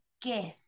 gift